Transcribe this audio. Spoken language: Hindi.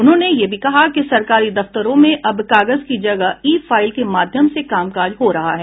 उन्होंने यह भी कहा कि सरकारी दफ्तरों में अब कागज की जगह ई फाईल के माध्यम से कामकाज हो रहा है